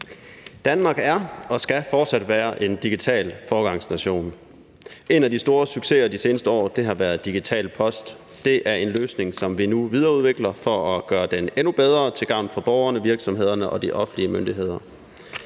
Danmark er og skal fortsat være en digital foregangsnation. En af de store succeser de seneste år har været Digital Post. Det er en løsning, som vi nu videreudvikler for at gøre den endnu bedre til gavn for borgerne, virksomhederne og de offentlige myndigheder.